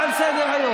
מה בושה, מה?